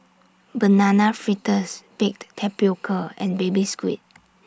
Banana Fritters Baked Tapioca and Baby Squid